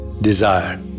desire